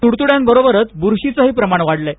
त्डत्ड्यांबरोबरच ब्रशीचेही प्रमाण वाढले आहे